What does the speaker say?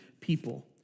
people